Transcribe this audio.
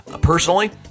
personally